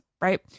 right